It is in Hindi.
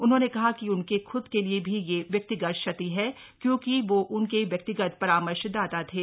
उन्होंने कहा कि उनके ख्द के लिए भी यह व्यक्तिगत क्षति है क्योंकि वो उनके व्यक्तिगत परामर्शदाता थे